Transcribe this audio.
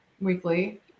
weekly